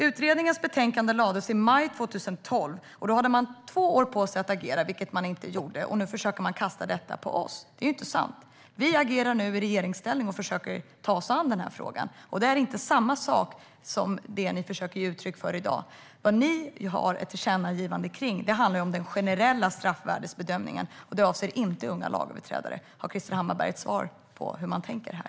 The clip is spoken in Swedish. Utredningens betänkande lades fram i maj 2012. Man hade alltså två år på sig att agera, vilket man inte gjorde. Nu försöker man kasta detta på oss. Det här är inte sant. Vi agerar nu i regeringsställning och försöker ta oss an frågan. Det är inte samma sak som det ni försöker ge uttryck för i dag. Ert tillkännagivande handlar om den generella straffvärdesbedömningen. Det avser inte unga lagöverträdare. Har Krister Hammarbergh något svar på hur man tänker här?